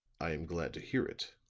i am glad to hear it,